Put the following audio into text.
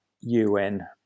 UN